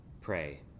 Pray